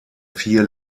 vier